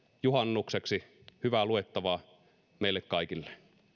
juhannukseksi hyvää luettavaa meille kaikille